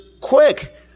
Quick